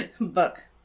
Book